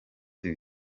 ibiri